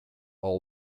all